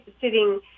sitting